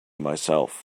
myself